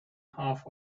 half